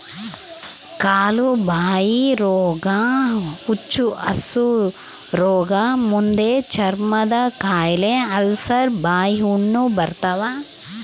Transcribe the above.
ಕಾಲುಬಾಯಿರೋಗ ಹುಚ್ಚುಹಸುರೋಗ ಮುದ್ದೆಚರ್ಮದಕಾಯಿಲೆ ಅಲ್ಸರ್ ಬಾಯಿಹುಣ್ಣು ಬರ್ತಾವ